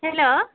hello